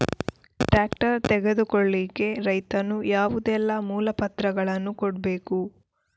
Tractor ತೆಗೊಳ್ಳಿಕೆ ರೈತನು ಯಾವುದೆಲ್ಲ ಮೂಲಪತ್ರಗಳನ್ನು ಕೊಡ್ಬೇಕು?